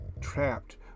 trapped